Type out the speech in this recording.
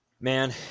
man